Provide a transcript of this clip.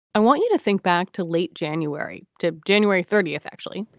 i want you to think back to late january to january thirtieth, actually,